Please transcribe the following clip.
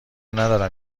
ندارم